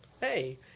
hey